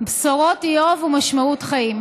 "בשורות איוב ומשמעות חיים.